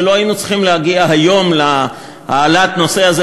ולא היינו צריכים להגיע היום להעלאת הנושא הזה